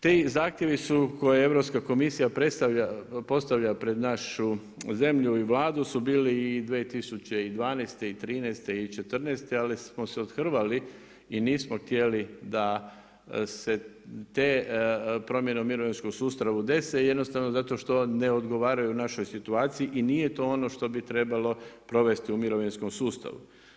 Ti zahtjevi su koje je Europska komisija postavlja pred našu zemlju i Vladu su bili i 2012. i '13. i '14. ali smo se othrvali i nismo htjeli da se te promjene u mirovinskom sustavu dese, jednostavno zato što ne odgovaraju našoj situaciji i nije to ono što bi trebalo provesti u mirovinskom sustavu.